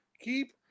keep